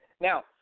Now